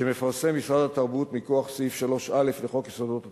שמפרסם משרד התרבות מכוח סעיף 3א לחוק יסודות התקציב,